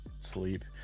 sleep